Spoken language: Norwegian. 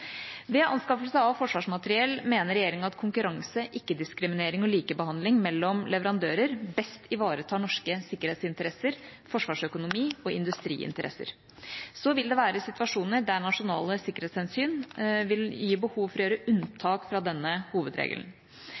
Ved anskaffelse av forsvarsmateriell mener regjeringa at konkurranse, ikke-diskriminering og likebehandling mellom leverandører best ivaretar norske sikkerhetsinteresser, forsvarsøkonomi og industriinteresser. Så vil det være situasjoner der nasjonale sikkerhetshensyn vil gi behov for å gjøre unntak fra denne hovedregelen.